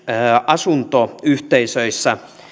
asuntoyhteisöissä